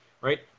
right